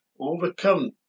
overcome